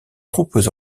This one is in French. troupes